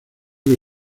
que